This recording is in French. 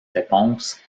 réponse